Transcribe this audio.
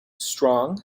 strong